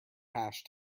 hash